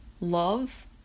love